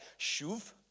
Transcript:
shuv